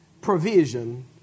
provision